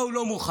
מה הוא לא מוכן?